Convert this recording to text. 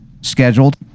scheduled